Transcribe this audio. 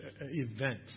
event